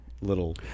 little